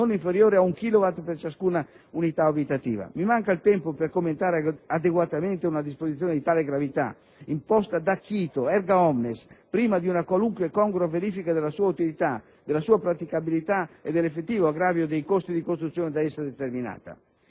Mi manca il tempo per commentare adeguatamente una disposizione di tale gravità, imposta d'acchito *erga omnes* prima di una qualunque congrua verifica della sua utilità, della sua praticabilità e dell'effettivo aggravio dei costi di costruzione da essa determinata.